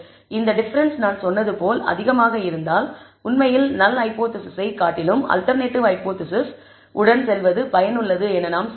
இந்த டிஃபரன்ஸ் நான் சொன்னது போல் அதிகமாக இருந்தால் உண்மையில் நல் ஹைபோதேசிஸை காட்டிலும் அல்டெர்நேட்டிவ் ஹைபோதேசிஸ் உடன் செல்வது பயனுள்ளது என நாம் சொல்லலாம்